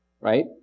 right